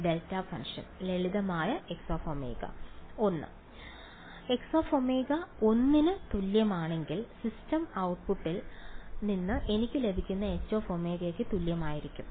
delta function ലളിതമായ Xω ഒന്ന് ഒന്ന് Xω ഒന്നിന് തുല്യമാണെങ്കിൽ സിസ്റ്റം ഔട്ട്പുട്ടിൽ നിന്ന് എനിക്ക് ലഭിക്കുന്നത് Hω യ്ക്ക് തുല്യമായിരിക്കും